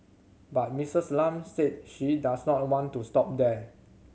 but Misses Lam said she does not want to stop there